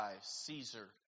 Caesar